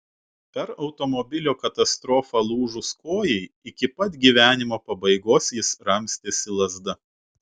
per automobilio katastrofą lūžus kojai iki pat gyvenimo pabaigos jis ramstėsi lazda